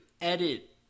edit